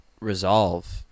resolve